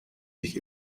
sich